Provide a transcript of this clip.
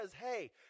hey